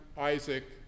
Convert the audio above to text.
Isaac